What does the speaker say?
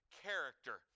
character